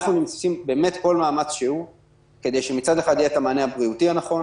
אנחנו עושים כל מאמץ שהוא כדי שמצד אחד יהיה את המענה הבריאותי הנכון,